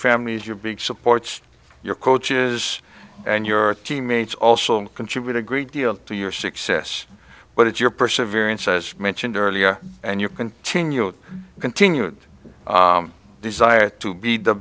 families your big supports your coaches and your teammates also and contribute a great deal to your success but it's your perseverance as i mentioned earlier and you continue continued desire to be the